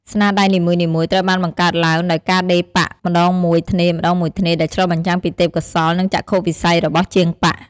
ស្នាដៃនីមួយៗត្រូវបានបង្កើតឡើងដោយការដេរប៉ាក់ម្តងមួយថ្នេរៗ ដែលឆ្លុះបញ្ចាំងពីទេពកោសល្យ និងចក្ខុវិស័យរបស់ជាងប៉ាក់។